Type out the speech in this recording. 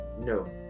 No